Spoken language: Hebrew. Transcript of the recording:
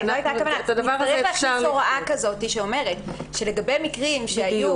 נצטרך להכניס הוראה כזו שאומרת שלגבי מקרים שהיו